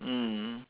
mm